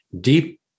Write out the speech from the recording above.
deep